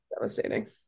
devastating